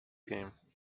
game